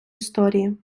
історії